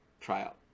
tryout